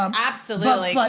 um absolutely, but